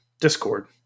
Discord